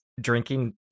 drinking